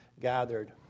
gathered